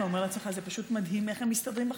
אתה אומר לעצמך שזה פשוט מדהים איך הם מסתדרים בחיים.